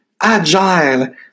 agile